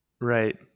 Right